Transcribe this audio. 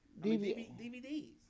DVDs